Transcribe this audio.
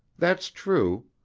that's true.